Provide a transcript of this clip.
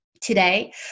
today